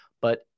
but-